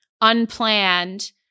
unplanned